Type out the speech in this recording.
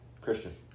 Christian